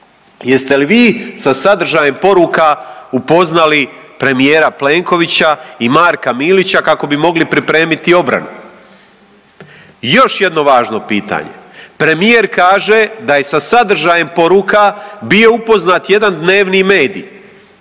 Jeste li vi sa sadržajem poruka upoznali premijera Plenkovića i Marka Milića kako bi mogli pripremiti obranu? I još jedno važno pitanje. Premijer kaže da je sa sadržajem poruka bio upoznat jedan dnevni medij.